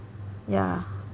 yeah